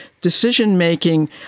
decision-making